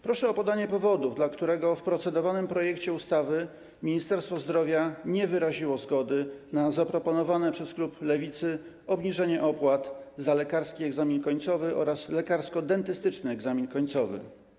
Proszę o podanie powodu, dla którego w procedowanym projekcie ustawy Ministerstwo Zdrowia nie wyraziło zgody na zaproponowane przez klub Lewicy obniżenie opłat za lekarski egzamin końcowy oraz lekarsko-dentystyczny egzamin końcowy.